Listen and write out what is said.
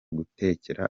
gutekera